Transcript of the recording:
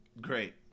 great